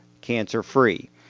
cancer-free